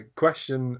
question